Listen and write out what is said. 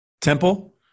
Temple